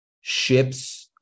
Ships